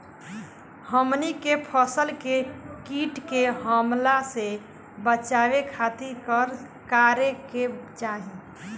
हमनी के फसल के कीट के हमला से बचावे खातिर का करे के चाहीं?